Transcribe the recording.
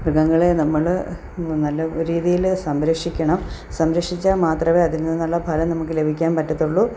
മൃഗങ്ങളെ നമ്മൾ നല്ല രീതിയിൽ സംരക്ഷിക്കണം സംരക്ഷിച്ചാൽ മാത്രമേ അതിൽ നിന്നുള്ള ഫലം നമുക്ക് ലഭിക്കാൻ പറ്റത്തുള്ളൂ